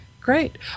Great